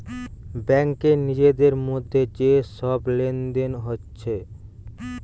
ব্যাংকে নিজেদের মধ্যে যে সব লেনদেন হচ্ছে